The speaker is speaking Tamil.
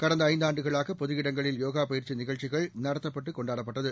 கடந்த ஐந்து ஆண்டுகளாக பொது இடங்களில் யோகா பயிற்சி நிகழ்ச்சிகள் நடத்தப்பட்டு கொண்டாடப்பட்டது